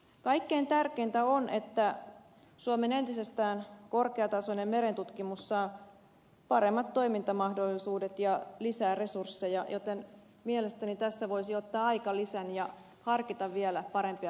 kaikkein tärkeintä on että suomen entisestään korkeatasoinen merentutkimus saa paremmat toimintamahdollisuudet ja lisää resursseja joten mielestäni tässä voisi ottaa aikalisän ja harkita vielä parempia ratkaisuja